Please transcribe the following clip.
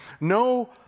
no